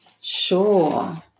Sure